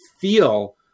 feel